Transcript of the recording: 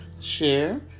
share